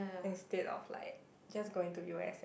instead of like just going to U_S_A